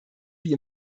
wie